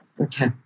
Okay